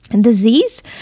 Disease